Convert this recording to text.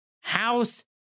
House